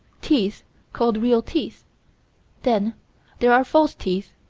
teeth called real teeth then there are false teeth.